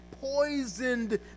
poisoned